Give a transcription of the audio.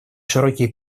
широкие